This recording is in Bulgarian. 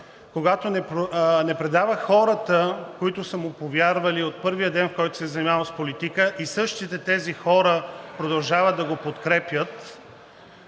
когато не предава хората, които са му повярвали от първия ден, от който се занимава с политика, и същите тези хора продължават да го подкрепят,